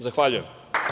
Zahvaljujem.